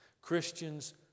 Christians